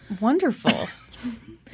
Wonderful